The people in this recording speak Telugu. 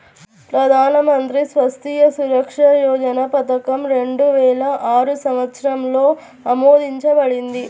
ప్రధాన్ మంత్రి స్వాస్థ్య సురక్ష యోజన పథకం రెండు వేల ఆరు సంవత్సరంలో ఆమోదించబడింది